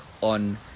on